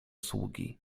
sługi